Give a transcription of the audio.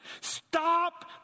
Stop